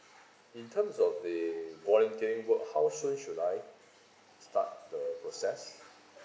in terms of the volunteering work how soon should I start the process